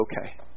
okay